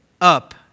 up